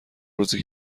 روزی